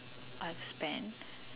I've spent